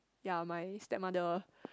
ya my stepmother